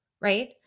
right